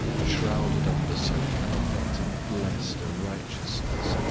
shrouded under so perfect and blessed a righteousness,